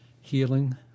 healing